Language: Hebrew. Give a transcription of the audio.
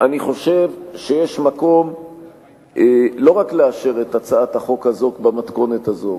אני חושב שיש מקום לא רק לאשר את הצעת החוק הזאת במתכונת הזאת,